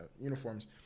uniforms